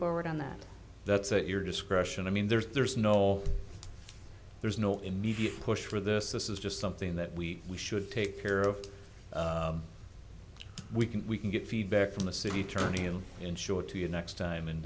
forward on that that's at your discretion i mean there's no there's no immediate push for this this is just something that we should take care of we can we can get feedback from the city attorney and ensure to you next time